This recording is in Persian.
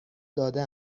داده